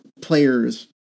players